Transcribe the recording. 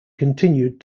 continued